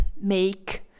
make